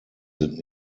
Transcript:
sind